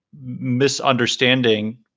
misunderstanding